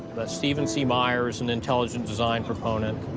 stephen c. meyer is an intelligent design proponent,